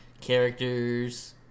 characters